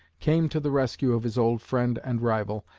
came to the rescue of his old friend and rival,